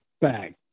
back